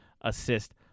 assist